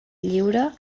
lliure